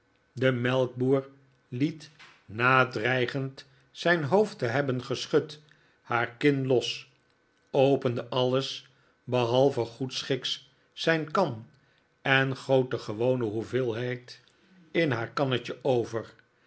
de melkboer liet na dreigend zijn hoofd te hebben geschud haar kin los opende alles behalve goedschiks zijn kan en goot de gewone hoeveelheid in haar kannetje over